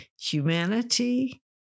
humanity